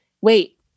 wait